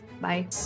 Bye